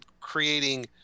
creating